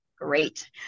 great